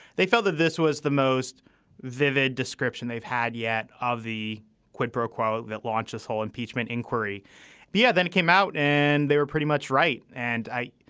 they felt that this was the most vivid description they've had yet of the quid pro quo that launched this whole impeachment inquiry bill. yeah then came out and they were pretty much right. and i.